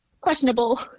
questionable